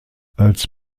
als